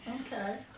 Okay